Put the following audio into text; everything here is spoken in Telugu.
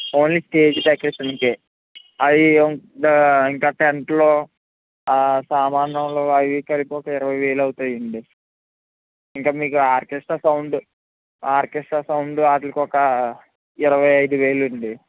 ఓన్లీ స్టేజ్ డెకరేషన్కే అవ్వీ ఇంకా టెంట్లు సామాన్లు అవి ఇవి కలిపి ఒక ఇరవైవేలు అవుతాయండి ఇంకా మీకు ఆర్గెస్స్ట్రా సౌండ్ ఆర్గెస్స్ట్రా సౌండ్ వాటికొక ఇరవై ఐదు వేలు అవుతుంది